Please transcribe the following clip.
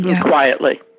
quietly